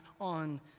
on